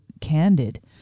candid